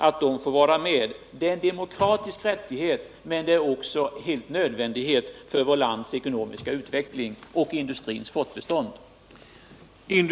Detta är å ena sidan en demokratisk rättighet, men å andra sidan också helt nödvändigt för vårt lands ekonomiska utveckling och för industrins fortbestånd.